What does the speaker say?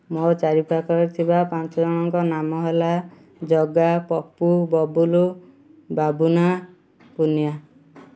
ମୋ ଚାରିପାଖରେ ଥିବା ପାଞ୍ଚ ଜଣଙ୍କ ନାମ ହେଲା ଜଗା ପପୁ ବବୁଲୁ ବାବୁନା ପୁନିଆ